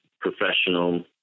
professional